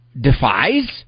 defies